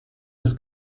des